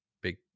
Big